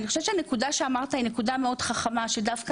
אני חושבת שהנקודה שאמרת היא נקודה מאוד חכמה שדווקא